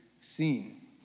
seen